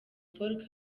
paul